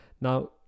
now